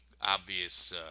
obvious